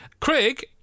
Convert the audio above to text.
Craig